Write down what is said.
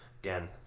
Again